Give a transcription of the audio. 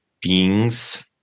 beings